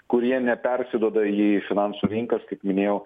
kurie nepersiduoda į finansų rinkas kaip minėjau